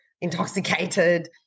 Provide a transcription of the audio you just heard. intoxicated